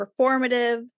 performative